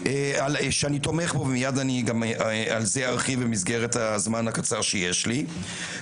שאני תומך בו ומייד אני ארחיב על זה במסגרת הזמן הקצר שיש לי,